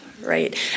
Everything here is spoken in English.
right